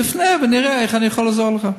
תפנה אלי ונראה איך אני יכול לעזור לך.